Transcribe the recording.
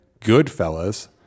Goodfellas